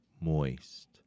Moist